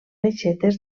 aixetes